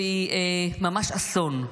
והיא ממש אסון.